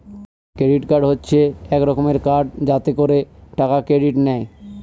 credit card হচ্ছে এক রকমের কার্ড যাতে করে টাকা ক্রেডিট নেয়